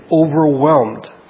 overwhelmed